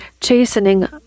chastening